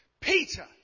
Peter